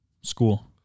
School